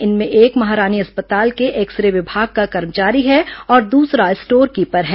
इनमें एक महारानी अस्पताल के एक्स रे विभाग का कर्मचारी है और दूसरा स्टोर कीपर है